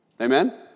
Amen